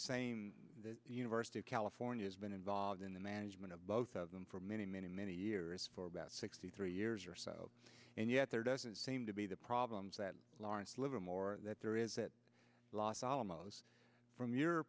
same university of california has been involved in the management of both of them for many many many years for about sixty three years or so and yet there doesn't seem to be the problems at lawrence livermore that there is that los alamos from your